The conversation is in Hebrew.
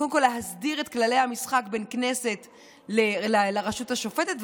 קודם כול להסדיר את כללי המשחק בין הכנסת לרשות השופטת,